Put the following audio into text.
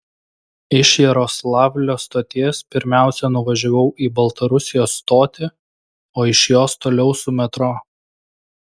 iš jaroslavlio stoties pirmiausia nuvažiavau į baltarusijos stotį o iš jos toliau su metro